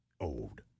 old